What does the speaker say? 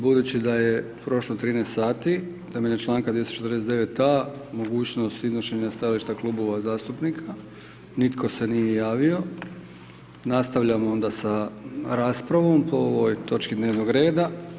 Budući da je prošlo 13 sati, temeljem čl. 249a. mogućnost iznošenja stajališta klubova zastupnika, nitko se nije javio, nastavljamo onda sa raspravom po ovoj točki dnevnog reda.